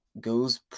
goes